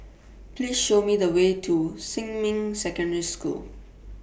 Please Show Me The Way to Xinmin Secondary School